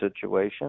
situation